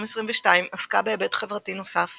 2022 עסקה בהיבט חברתי נוסף